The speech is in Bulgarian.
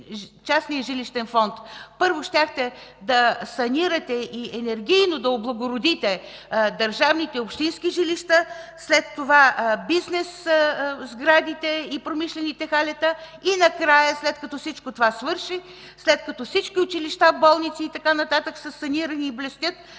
частния жилищен фонд. Първо щяхте да санирате и енергийно да облагородите държавните и общински жилища, след това – бизнес сградите и промишлените халета и накрая, след като всичко това свърши, след като всички училища, болници и така нататък са санирани и блестят,